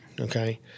Okay